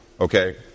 okay